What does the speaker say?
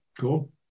Cool